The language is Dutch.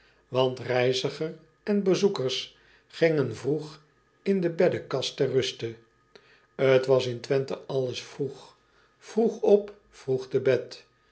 want reiziger en bezoekers gingen vroeg in de beddekast ter ruste t as in wenthe alles vroeg vroeg op vroeg te bed